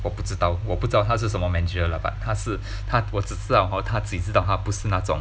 我不知道我不知道他是什么 manager lah but 他是他我只知道 hor 他自己知道他不是那种